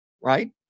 right